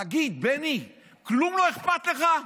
תגיד, בני, כלום לא אכפת לך?